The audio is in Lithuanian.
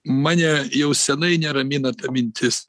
mane jau senai neramina ta mintis